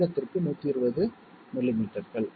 நிமிடத்திற்கு 120 மில்லிமீட்டர்கள்